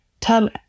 tell